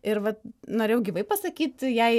ir vat norėjau gyvai pasakyt jai